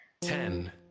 Ten